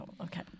Okay